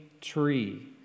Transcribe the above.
tree